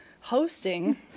hosting